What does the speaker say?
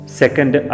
second